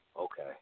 Okay